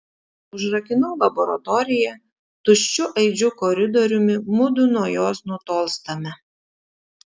užrakinu laboratoriją tuščiu aidžiu koridoriumi mudu nuo jos nutolstame